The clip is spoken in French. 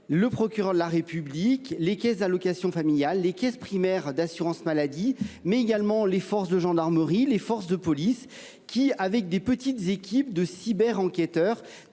le procureur de la République, les caisses d’allocations familiales, les caisses primaires d’assurance maladie, ainsi que les forces de gendarmerie et de police qui, grâce à de petites équipes de cyberenquêteurs,